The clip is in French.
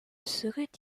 serait